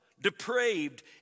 depraved